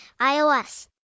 iOS